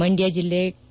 ಮಂಡ್ಯ ಜಿಲ್ಲೆ ಕೆ